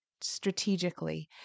strategically